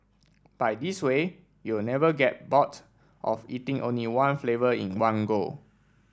by this way you will never get bored of eating only one flavour in one go